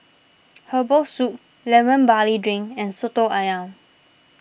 Herbal Soup Lemon Barley Drink and Soto Ayam